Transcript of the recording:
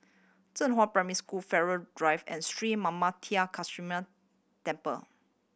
Zhenghua Primary School Farrer Drive and Sri Manmatha Karuneshvarar Temple